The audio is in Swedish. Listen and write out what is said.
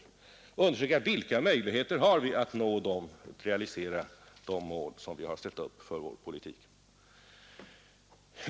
Jag tycker därför att det är mera konstruktivt att pröva vilka andra möjligheter vi har att realisera de mål som vi har ställt upp för vår politik.